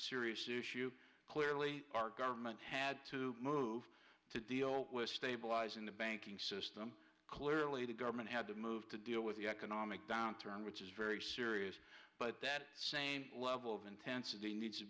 serious issue clearly our government had to move to deal with stabilizing the banking system clearly the government had to move to deal with the economic downturn which is very serious but that same level of intensity needs to